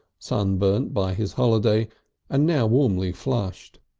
sunburnt by his holiday and now warmly flushed.